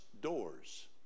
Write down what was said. doors